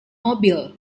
mobil